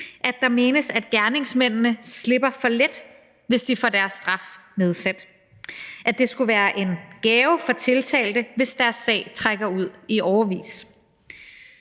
at der menes, at gerningsmændene slipper for let, hvis de får deres straf nedsat; at det skulle være en gave for tiltalte, hvis deres sag trækker ud i årevis.